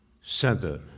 center